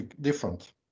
different